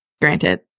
granted